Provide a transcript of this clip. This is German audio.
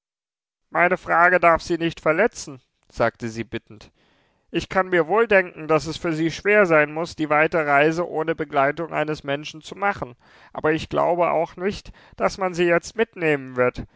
meine frage darf sie nicht verletzen sagte sie bittend ich kann mir wohl denken daß es für sie schwer sein muß die weite reise ohne begleitung eines menschen zu machen aber ich glaube auch nicht daß man sie jetzt mitnehmen wird